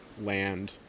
land